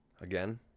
Again